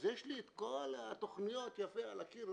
אז יש לי את כל התוכניות יפה על הקיר,